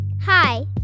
Hi